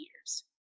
years